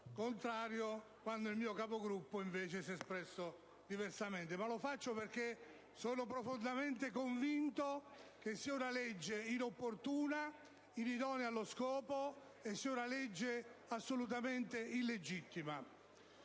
contrario quando il mio Capogruppo invece si è espresso diversamente: lo faccio perché sono profondamente convinto che sia una legge inopportuna, inidonea allo scopo e assolutamente illegittima.